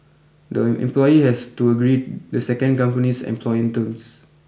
the employee has to agree the second company's employment terms